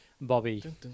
Bobby